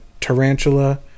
tarantula